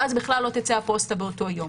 ואז בכלל לא תצא הפוסטה באותו יום.